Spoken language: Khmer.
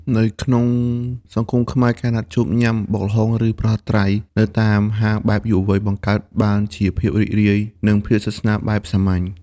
នៅក្នុងសង្គមខ្មែរ ការណាត់គ្នាញ៉ាំ "បុកល្ហុង" ឬ "ប្រហិតត្រី" នៅតាមហាងបែបយុវវ័យ បង្កើតបានជាភាពសប្បាយរីករាយ និងភាពស្និទ្ធស្នាលបែបសាមញ្ញ។